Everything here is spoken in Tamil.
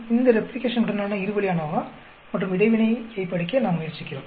இந்த ரெப்ளிகேஷனுடனான இரு வழி அநோவா மற்றும் இடைவினையை படிக்க நாம் முயற்சிக்கிறோம்